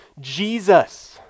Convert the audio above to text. Jesus